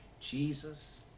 Jesus